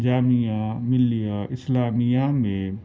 جامعہ ملیہ اسلامیہ میں